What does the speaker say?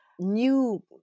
new